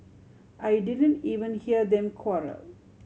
I didn't even hear them quarrel